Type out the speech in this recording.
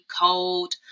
cold